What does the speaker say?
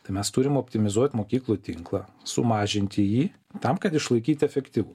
tai mes turim optimizuot mokyklų tinklą sumažinti jį tam kad išlaikyti efektyvumą